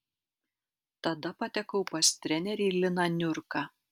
tada patekau pas trenerį liną niurką